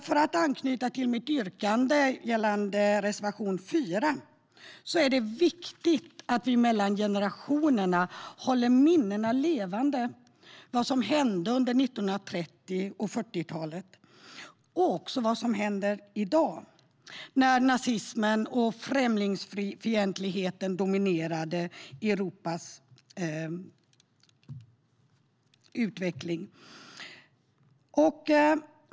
För att anknyta till mitt yrkande gällande reservation 4 är det viktigt att vi håller minnena levande mellan generationerna av vad som hände under 30 och 40-talet och också vad som händer i dag när nazismen och främlingsfientligheten dominerar Europas utveckling.